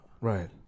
Right